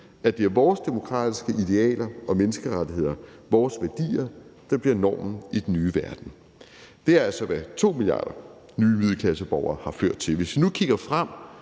at det er vores demokratiske idealer og menneskerettigheder, vores værdier, der bliver normen i den nye verden. Det er altså, hvad 2 milliarder nye middelklasseborgere har ført til. Hvis vi nu kigger frem,